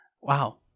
Wow